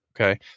Okay